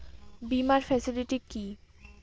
বীমার ফেসিলিটি কি?